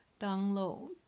download